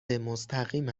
مستقیم